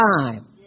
time